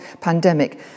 pandemic